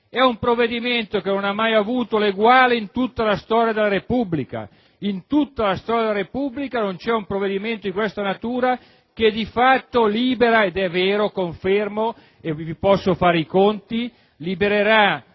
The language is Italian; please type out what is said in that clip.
tecnico. Esso non ha mai avuto eguali in tutta la storia della Repubblica. In tutta la storia della Repubblica non vi è un provvedimento di questa natura che di fatto - ed è vero, lo confermo, posso portare i conti - libererà